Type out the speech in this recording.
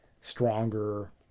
stronger